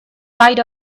right